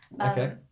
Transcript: Okay